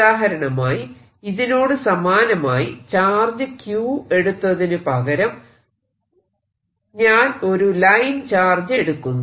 ഉദാഹരണമായി ഇതിനോട് സമാനമായി ചാർജ് Q എടുത്തതിനുപകരം ഞാൻ ഒരു ലൈൻ ചാർജ് എടുക്കുന്നു